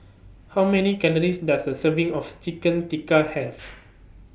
How Many Calories Does A Serving of Chicken Tikka Have